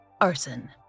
arson